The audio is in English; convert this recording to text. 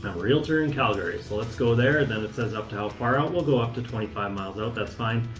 realtor in calgary. so let's go there, and then it says up to how far out? we'll go up to twenty five miles out. that's fine.